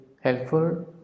helpful